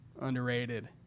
underrated